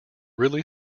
really